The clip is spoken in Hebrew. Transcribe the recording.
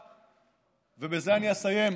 ובזה אני אסיים,